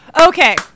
okay